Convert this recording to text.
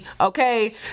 okay